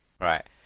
Right